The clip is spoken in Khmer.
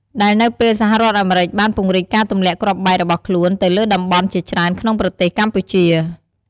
ដែលនៅពេលសហរដ្ឋអាមេរិកបានពង្រីកការទម្លាក់គ្រាប់បែករបស់ខ្លួនទៅលើតំបន់ជាច្រើនក្នុងប្រទេសកម្ពុជា។